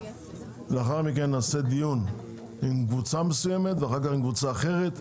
לאחר מכן נקיים דיון עם קבוצה מסוימת ואחר כך עם קבוצה אחרת,